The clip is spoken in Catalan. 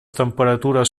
temperatures